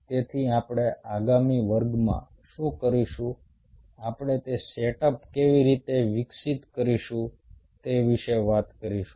તેથી આપણે આગામી વર્ગમાં શું કરીશું આપણે તે સેટઅપ કેવી રીતે વિકસિત કરીશું તે વિશે વાત કરીશું